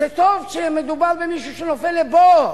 אז זה טוב כשמדובר במישהו שנופל לבור.